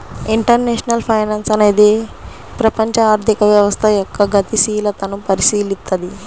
international finance అనేది ప్రపంచ ఆర్థిక వ్యవస్థ యొక్క గతిశీలతను పరిశీలిత్తది